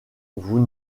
vous